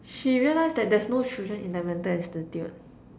she realised that there is no children in the mental institute